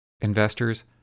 Investors